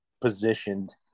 positioned